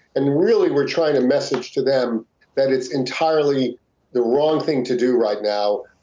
and really we're trying to message to them that it's entirely the wrong thing to do right now,